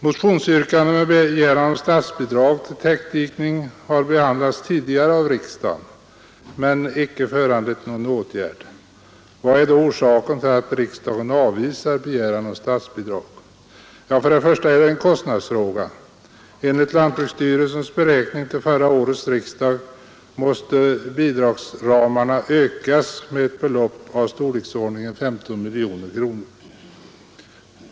Motionsyrkanden med begäran om statsbidrag till täckdikning har behandlats tidigare av riksdagen men icke föranlett någon åtgärd. Vad är då orsaken till att riksdagen avvisar begäran om statsbidrag? Först och främst är detta en kostnadsfråga. Enligt lantbruksstyrelsens beräkning till förra årets riksdag måste bidragsramarna ökas med ett belopp av storleksordningen 15 miljoner kronor.